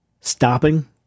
stopping